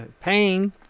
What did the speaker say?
pain